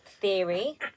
theory